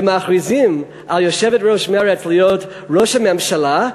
ומכריזים על יושבת-ראש מרצ להיות ראש הממשלה.